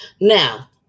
Now